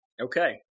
Okay